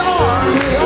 army